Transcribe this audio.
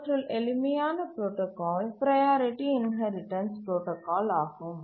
அவற்றுள் எளிமையான protocol priority inheritance protocol ஆகும்